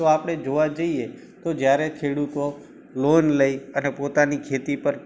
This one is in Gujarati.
તો આપણે જોવા જઈએ તો જયારે ખેડૂતો લોન લઈ અને પોતાની ખેતી પર